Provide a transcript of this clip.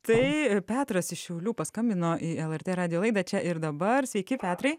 tai petras iš šiaulių paskambino į lrt radijo laida čia ir dabar sveiki petrai